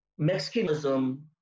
Mexicanism